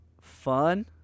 fun